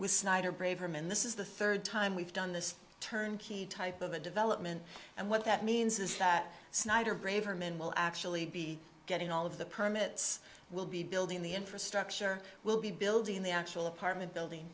with snyder braverman this is the third time we've done this turnkey type of a development and what that means is that snyder braverman will actually be getting all of the permits we'll be building the infrastructure we'll be building the actual apartment building